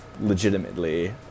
legitimately